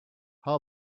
how